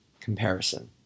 comparison